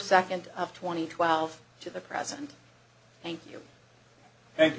second of twenty twelve to the present thank you thank you